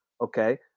okay